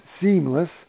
seamless